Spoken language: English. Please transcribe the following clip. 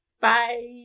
bye